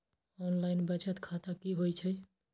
Online बचत खाता की होई छई?